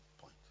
point